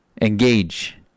Engage